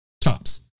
tops